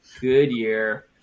Goodyear